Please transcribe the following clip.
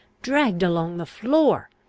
dragged along the floor!